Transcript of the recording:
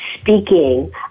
speaking